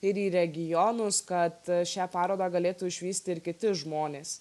ir į regionus kad šią parodą galėtų išvysti ir kiti žmonės